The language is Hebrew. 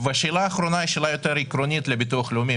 והשאלה האחרונה היא שאלה יותר עקרונית לביטוח לאומי.